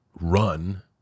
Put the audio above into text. run